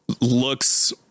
looks